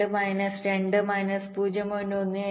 2 minus 2 minus 0